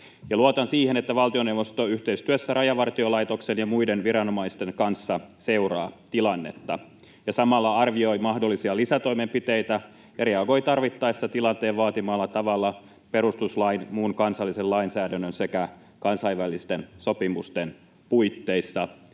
Luotan siihen, että valtioneuvosto yhteistyössä Rajavartiolaitoksen ja muiden viranomaisten kanssa seuraa tilannetta ja samalla arvioi mahdollisia lisätoimenpiteitä ja reagoi tarvittaessa tilanteen vaatimalla tavalla perustuslain, muun kansallisen lainsäädännön sekä kansainvälisten sopimusten puitteissa.